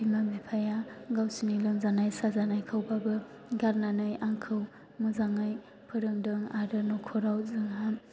बिमा बिफाया गावसोरनि लोमजानाय साजानायखौबाबो गारनानै आंखौ मोजाङै फोरोंदों आरो नख'राव जोंहा